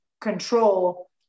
control